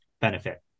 benefit